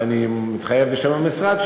ואני מתחייב בשם המשרד,